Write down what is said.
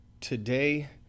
today